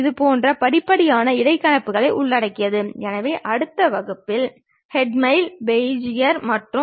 மேலே செங்குத்து தளமும் கீழே கிடைமட்ட தளமும் பக்கவாட்டில் ப்ரொபைல் தளமும் இருந்தால் அதை நாம் முதல் கோணத் எறியம் என்று அழைக்கிறோம்